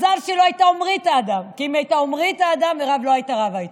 כי אם הייתה עומרית אדם, מרב לא הייתה רבה איתו.